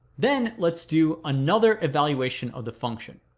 then let's do another evaluation of the function.